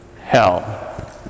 hell